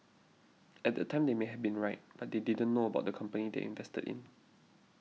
at that time they might have been right but they didn't know about the company they invested in